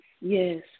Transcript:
yes